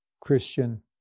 Christian